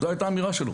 זו הייתה האמירה שלו.